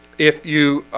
if you